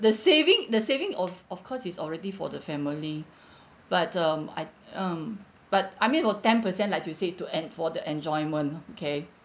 the saving the saving of of course is already for the family but um I um but I mean for ten-per cent like to say to en~ for the enjoyment okay